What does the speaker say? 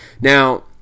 Now